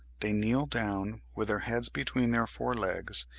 they kneel down, with their heads between their fore legs,